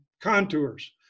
contours